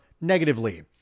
negatively